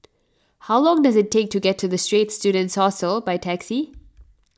how long does it take to get to the Straits Students Hostel by taxi